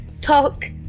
talk